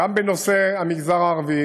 גם בנושא המגזר הערבי,